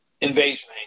invasion